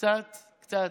קצת קצת.